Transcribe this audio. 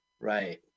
Right